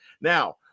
Now